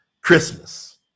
Christmas